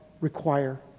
require